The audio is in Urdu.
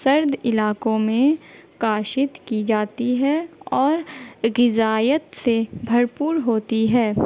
سرد علاقوں میں کاشت کی جاتی ہے اور غذائیت سے بھرپور ہوتی ہے